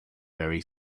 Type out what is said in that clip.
very